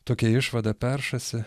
tokia išvada peršasi